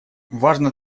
важно